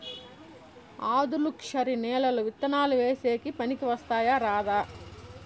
ఆధులుక్షరి నేలలు విత్తనాలు వేసేకి పనికి వస్తాయా రాదా?